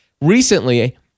Recently